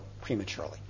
prematurely